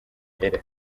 ella